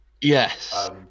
Yes